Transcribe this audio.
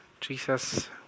Jesus